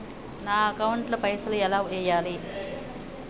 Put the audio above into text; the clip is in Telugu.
నా అకౌంట్ ల పైసల్ ఎలా వేయాలి?